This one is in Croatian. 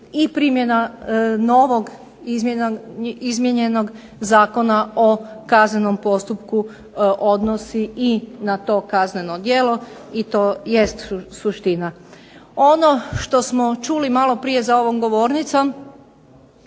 i primjena novog izmijenjenog Zakona o kaznenom postupku odnosi i na to kazneno djelo i to jest suština. Ono što smo čuli maloprije za ovom govornicom,